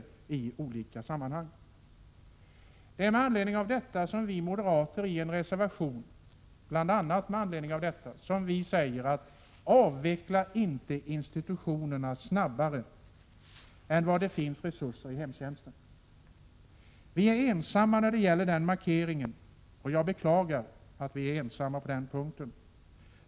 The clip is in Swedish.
Det är bl.a. med anledning av detta som vi moderater säger i en reservation: Avveckla inte institutionerna snabbare än det finns resurser i hemtjänsten. Vi är ensamma om den markeringen, och jag beklagar det.